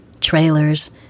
trailers